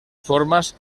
formas